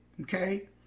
Okay